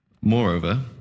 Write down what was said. Moreover